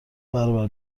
برابر